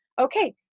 okay